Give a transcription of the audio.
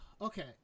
okay